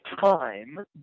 time